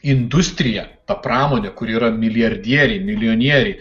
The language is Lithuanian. industrija ta pramonė kur yra milijardieriai milijonieriai